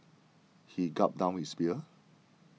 he gulped down his beers